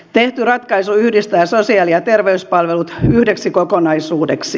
tehty ratkaisu yhdistää sosiaali ja terveyspalvelut yhdeksi kokonaisuudeksi